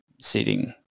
sitting